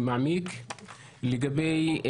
מעמיק לגבי